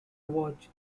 watch